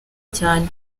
cyane